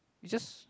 is just